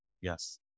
Yes